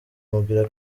mubwira